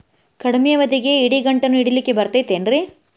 ಕಡಮಿ ಅವಧಿಗೆ ಇಡಿಗಂಟನ್ನು ಇಡಲಿಕ್ಕೆ ಬರತೈತೇನ್ರೇ?